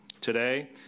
Today